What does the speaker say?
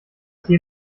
tee